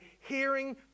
hearing